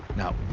now.